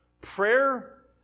prayer